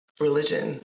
religion